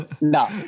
no